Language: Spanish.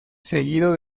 seguido